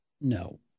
no